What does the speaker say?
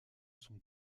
sont